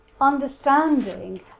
understanding